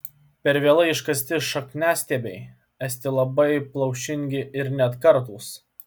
per vėlai iškasti šakniastiebiai esti labai plaušingi ir net kartūs